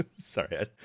sorry